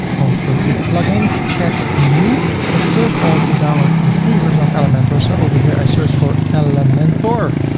i want to go to plugins, add new, but first i want to download the free version of elementor, so over here, i search for elementor,